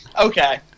Okay